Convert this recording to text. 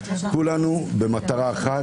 כולנו במטרה אחת,